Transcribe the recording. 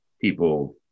people